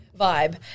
Vibe